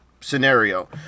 scenario